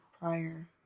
prior